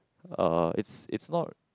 uh it's it's not